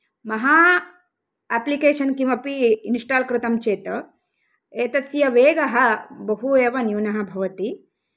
महा एप्लिकेशन् किमपि इन्स्टाल् कृतं चेत् एतस्य वेगः बहु एव न्यूनः भवति